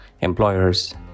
employers